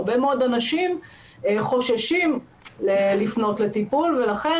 הרבה מאוד אנשים חוששים לפנות לטיפול ולכן